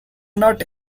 not